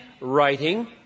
writing